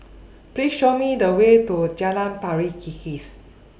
Please Show Me The Way to Jalan Pari Kikis